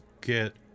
get